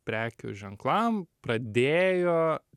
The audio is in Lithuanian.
prekių ženklam pradėjo